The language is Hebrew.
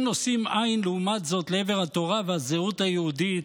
אם נושאים עין לעבר התורה והזהות היהודית,